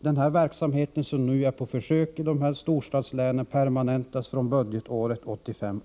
den verksamhet som nu pågår på försök i storstadslänen permanentas från budgetåret 1985/86.